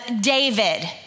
David